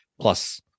plus